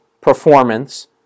performance